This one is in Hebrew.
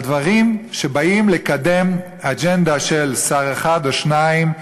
על דברים שבאים לקדם אג'נדה של שר אחד או שניים.